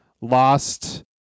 lost